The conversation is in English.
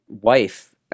wife